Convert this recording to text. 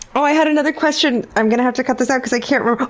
i had another question. i'm going to have to cut this out because i can't re.